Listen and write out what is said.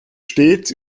stets